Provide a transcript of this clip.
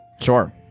Sure